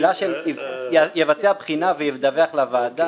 "יבצע בחינה וידווח לוועדה".